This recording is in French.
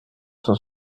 cent